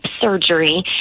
surgery